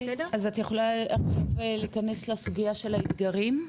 אז את יכולה להיכנס לסוגייה של האתגרים?